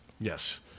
Yes